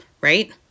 right